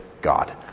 God